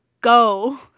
go